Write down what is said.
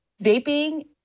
Vaping